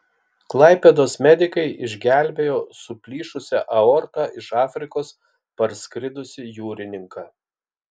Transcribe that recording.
klaipėdos medikai išgelbėjo su plyšusia aorta iš afrikos parskridusį jūrininką